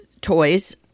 toys